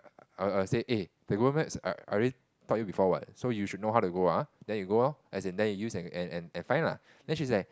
I will I will say eh the Google Maps I I already taught you before what so you should know how to go ah then you go loh as in then you use and and find lah then she's like